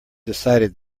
decided